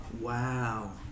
Wow